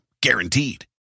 Guaranteed